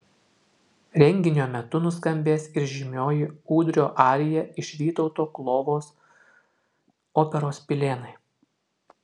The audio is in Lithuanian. renginio metu nuskambės ir žymioji ūdrio arija iš vytauto klovos operos pilėnai